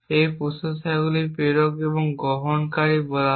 এই প্রসেসরগুলিকে প্রেরক এবং গ্রহণকারী বলা হয়